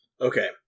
Okay